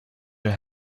your